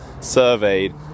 surveyed